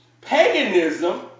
Paganism